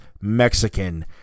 mexican